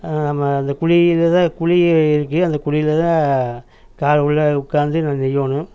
ம இந்த குழி இதுதான் குழி இருக்குது அந்த குழியில் தான் கால் உள்ளே உக்கார்ந்து நான் நெய்யணும்